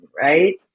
right